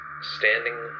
standing